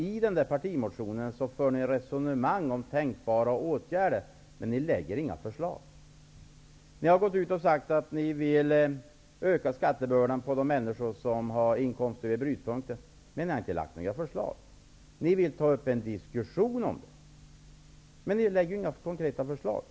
I partimotionen för ni ett resonemang om tänkbara åtgärder, men ni lägger inte fram några förslag. Ni har sagt att ni vill öka skattebördan för de människor som har inkomster vid brytpunkten, men ni har inte lagt fram några förslag. Ni vill ha en diskussion i frågan utan att lägga fram några konkreta förslag.